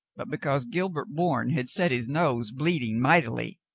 but because gilbert bourne had set his nose bleeding mightily.